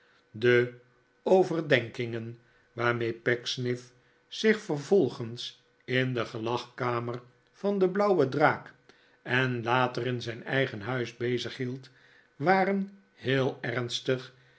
de overdenkingen waarmee pecksniff zich vervolgens in de gelagkamer van de blauwe draak en later in zijn eigen huis bezig hield waren heel ernstig